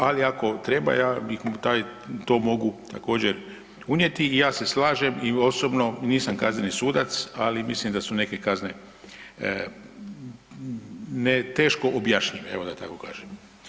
Ali ako treba ja to mogu također unijeti i ja se slažem i osobno nisam kazneni sudac, ali mislim da su neke kazne teško objašnjive evo da tako kažem.